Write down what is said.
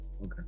Okay